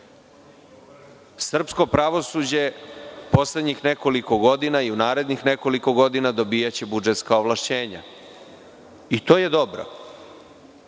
Srpsko pravosuđe poslednjih nekoliko godina i u narednih nekoliko godina dobijaće budžetska ovlašćenja. To je dobro.